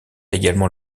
également